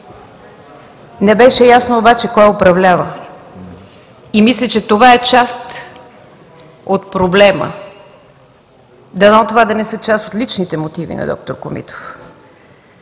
Не беше ясно обаче кой я управлява. И мисля, че това е част от проблема. Дано това да не са част от личните мотиви на д-р Комитов.